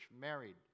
married